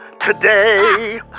today